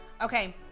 okay